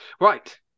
Right